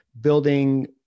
building